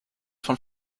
von